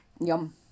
yum